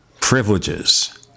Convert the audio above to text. privileges